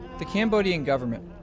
the cambodian government,